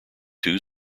two